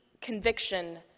conviction